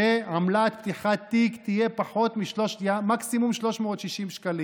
שעמלת פתיחת תיק תהיה פחות ממקסימום 360 שקלים.